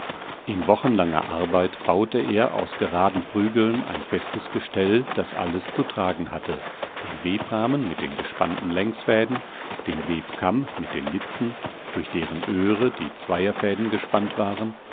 in wochenlanger arbeit baute er aus geraden prügeln ein festes gestell das alles zu tragen hatte den webrahmen mit den gespannten längsfäden den webkamm mit den litzen durch deren öhre die zweierfäden gespannt waren